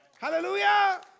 Hallelujah